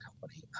company